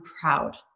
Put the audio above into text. proud